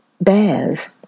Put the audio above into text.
bears